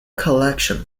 collection